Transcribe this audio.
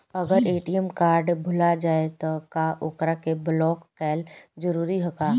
अगर ATM card भूला जाए त का ओकरा के बलौक कैल जरूरी है का?